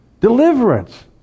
deliverance